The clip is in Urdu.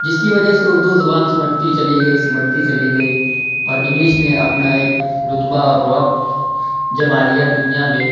جس کی وجہ سے اردو زبان سمٹتی چلی گئی سمٹتی چلی گئی اور انگلش نے اپنا ایک رتبہ اور رعب جما لیا دنیا میں